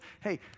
hey